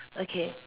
okay